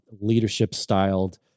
leadership-styled